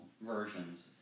versions